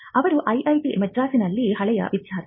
ಅವರು IIT ಮದ್ರಾಸ್ನ ಹಳೆಯ ವಿದ್ಯಾರ್ಥಿ